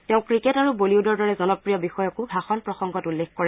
তেওঁ ক্ৰিকেট আৰু বলীউদৰ দৰে জনপ্ৰিয় বিষয়কো ভাষণ প্ৰসংগত উল্লেখ কৰে